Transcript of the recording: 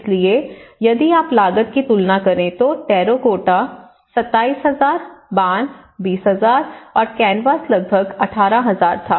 इसलिए यदि आप लागत की तुलना करें तो टेराकोटा 27000 बांस 20000 और कैनवास लगभग 18000 था